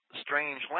strange